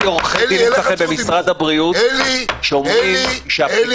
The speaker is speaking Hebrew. עורכי דין אצלכם במשרד הבריאות שאומרים --- אלי,